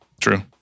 True